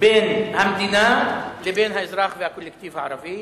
בין המדינה לבין האזרח והקולקטיב הערבי.